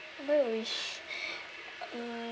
but I wish mm